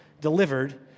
delivered